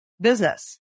business